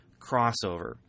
crossover